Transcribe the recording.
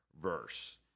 Verse